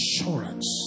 assurance